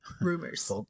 Rumors